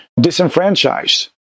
disenfranchised